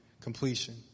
completion